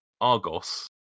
Argos